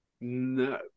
No